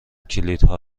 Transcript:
کلیدها